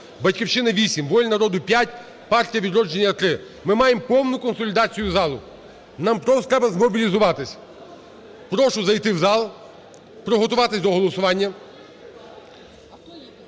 "Батьківщина" – 8, "Воля народу" – 5, Партія "Відродження" – 3. Ми маємо повну консолідацію залу, нам просто треба змобілізуватись. Прошу зайти в зал, приготуватись до голосування.